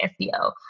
SEO